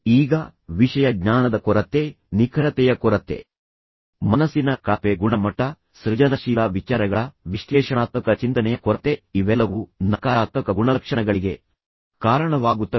ಈಗ ವಿಷಯ ಜ್ಞಾನದ ಕೊರತೆ ನಿಖರತೆಯ ಕೊರತೆ ಮನಸ್ಸಿನ ಕಳಪೆ ಗುಣಮಟ್ಟ ಸೃಜನಶೀಲ ವಿಚಾರಗಳ ವಿಶ್ಲೇಷಣಾತ್ಮಕ ಚಿಂತನೆಯ ಕೊರತೆ ಇವೆಲ್ಲವೂ ನಕಾರಾತ್ಮಕ ಗುಣಲಕ್ಷಣಗಳಿಗೆ ಕಾರಣವಾಗುತ್ತವೆ